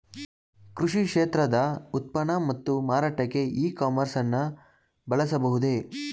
ಕೃಷಿ ಕ್ಷೇತ್ರದ ಉತ್ಪನ್ನ ಮತ್ತು ಮಾರಾಟಕ್ಕೆ ಇ ಕಾಮರ್ಸ್ ನ ಬಳಸಬಹುದೇ?